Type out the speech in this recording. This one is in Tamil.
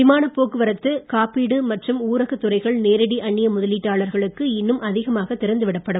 விமானப் போக்குவரத்துகாப்பீடு மற்றும் ஊரகத் துறைகள் நேரடி அன்னிய முதலீட்டாளர்களுக்கு இன்னும் அதிகமாக திறந்து விடப்படும்